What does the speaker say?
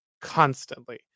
constantly